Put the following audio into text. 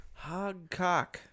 Hogcock